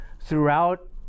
throughout